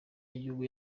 y’igihugu